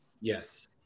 Yes